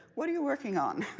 what are you working on.